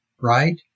right